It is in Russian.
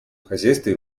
хозяйстве